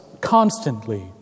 constantly